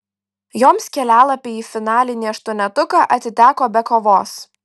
joms kelialapiai į finalinį aštuonetuką atiteko be kovos